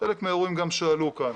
חלק מהאירועים שעלו גם כאן,